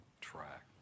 track